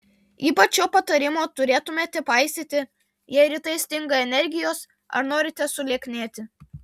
ypač šio patarimo turėtumėte paisyti jei rytais stinga energijos ar norite sulieknėti